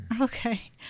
Okay